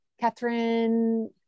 Catherine